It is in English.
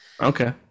Okay